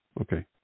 Okay